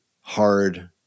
hard